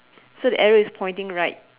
so the arrow is pointing right